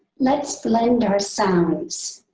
let's blend our sounds.